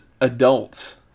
adults